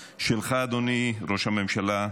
שלך, אדוני ראש הממשלה,